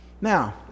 Now